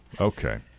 Okay